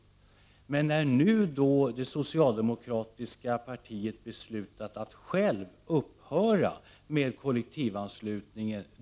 Nu vill de ändå stifta en lag, när det socialdemokratiska partiet har beslutat att avskaffa kollektivanslutningen.